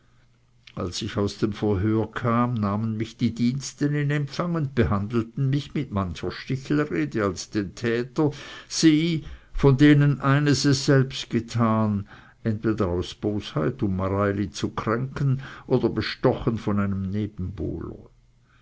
als ich aus dem verhör kam nahmen mich die diensten in empfang und behandelten mich mit mancher stichelrede als den täter sie von denen eines es selbst getan entweder aus bosheit um mareili zu kränken oder bestochen von einem nebenbuhler